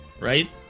right